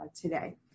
today